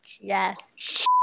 yes